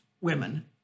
women